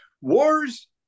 Wars